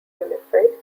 unified